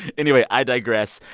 anyway, i digress.